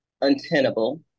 untenable